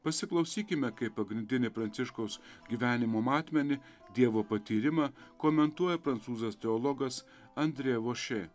pasiklausykime kaip pagrindinį pranciškaus gyvenimo matmenį dievo patyrimą komentuoja prancūzas teologas andrė vošė